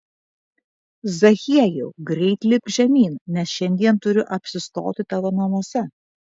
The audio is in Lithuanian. zachiejau greit lipk žemyn nes šiandien turiu apsistoti tavo namuose